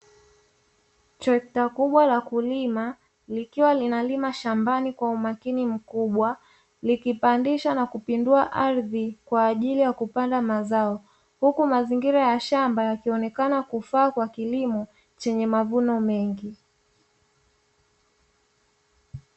Trekta kubwa la kulima likiwa linalima shambani kwa umakini mkubwa, likipandisha na kupindua ardhi kwa ajili ya hupanda mazao. Huku mazingira ya shamba yakionekana kufaa kwa kilimo chenye mavuno mengi.